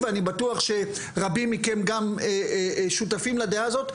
ואני בטוח שרבים מכם גם שותפים לדעה הזאת,